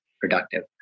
productive